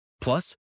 Plus